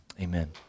Amen